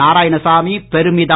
நாராயணசாமி பெருமிதம்